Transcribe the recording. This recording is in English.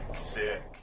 sick